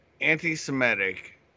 anti-Semitic